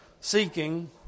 seeking